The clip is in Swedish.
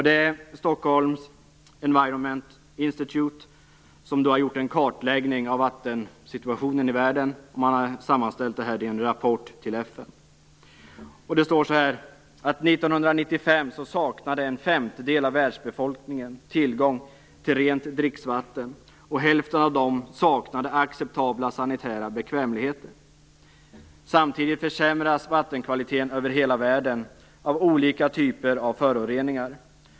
Det är Stockholms Environment Institute som har gjort en kartläggning av vattensituationen i världen och sammanställt det i en rapport till FN. Vidare står det: 1995 saknade en femtedel av världsbefolkningen tillgång till rent dricksvatten. Hälften av dem saknade acceptabla sanitära bekvämligheter. Samtidigt försämras vattenkvaliteten över hela världen av olika typer av föroreningar.